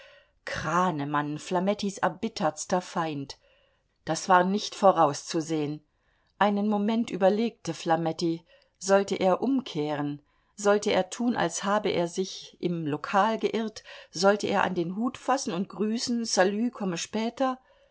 kranemann flamettis erbittertster feind das war nicht vorauszusehen einen moment überlegte flametti sollte er umkehren sollte er tun als habe er sich im lokal geirrt sollte er an den hut fassen und grüßen salü komme später